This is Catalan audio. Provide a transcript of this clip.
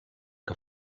que